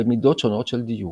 במידות שונות של דיוק.